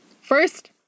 First